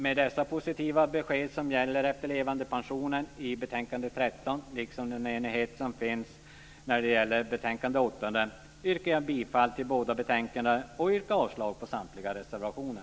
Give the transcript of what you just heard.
Med dessa positiva besked som gäller efterlevandepensionen i betänkande 13 liksom den enighet som finns när det gäller betänkande 8 yrkar jag bifall till hemställan i båda betänkandena och avslag på samtliga reservationer.